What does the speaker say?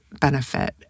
benefit